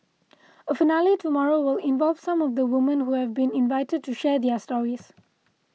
a finale tomorrow will involve some of the women who have been invited to share their stories